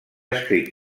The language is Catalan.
escrit